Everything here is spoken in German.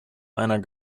einer